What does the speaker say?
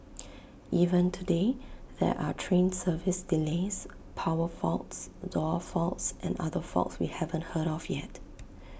even today there are train service delays power faults door faults and other faults we haven't heard of yet